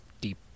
deep